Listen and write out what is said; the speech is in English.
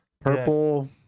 Purple